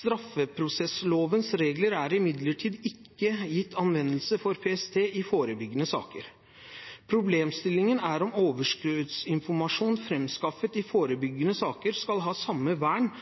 Straffeprosesslovens regler er imidlertid ikke gitt anvendelse for PST i forebyggende saker. Problemstillingen er om overskuddsinformasjon framskaffet i forebyggende saker, skal ha samme vern